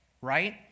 right